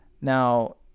Now